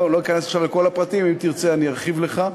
לא אכנס עכשיו לכל הפרטים, אם תרצה ארחיב לך.